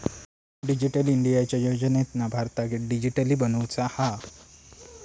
digital इंडियाच्या योजनेतना भारताक डीजिटली बनवुचा हा